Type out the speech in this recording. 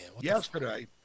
Yesterday